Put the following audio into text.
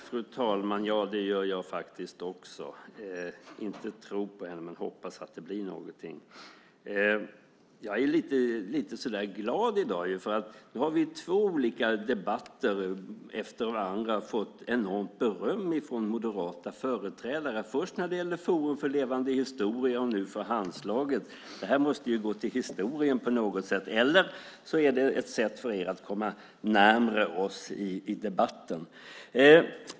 Fru talman! Det gör jag också - inte tror på henne, men hoppas att det blir något. Jag är lite glad i dag. I två olika debatter efter varandra har vi fått enormt beröm av moderata företrädare. Först när det gäller Forum för levande historia och nu för Handslaget. Detta måste gå till historien. Eller också är det ett sätt för er att komma närmare oss i debatten.